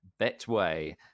Betway